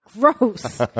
gross